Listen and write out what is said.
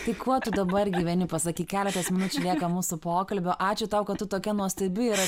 tai kuo tu dabar gyveni pasakyk keletas minučių mūsų pokalbio ačiū tau kad tu tokia nuostabi ir